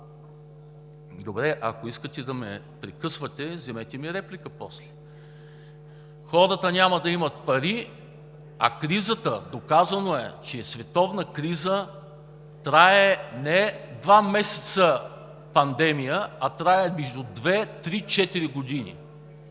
Добре, ако искате да ме прекъсвате, вземете реплика после. Хората няма да имат пари, а кризата – доказано е, че световна криза трае не два месеца пандемия, а трае между две-три-четири години.